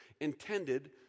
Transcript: intended